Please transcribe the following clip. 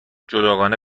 جداگانه